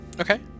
Okay